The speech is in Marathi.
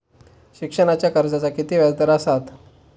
शिक्षणाच्या कर्जाचा किती व्याजदर असात?